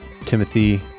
timothy